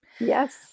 Yes